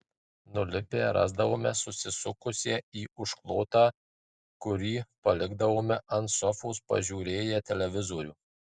nulipę rasdavome susisukusią į užklotą kurį palikdavome ant sofos pažiūrėję televizorių